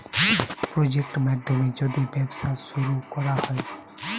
project মাধ্যমে যদি ব্যবসা শুরু করা হয়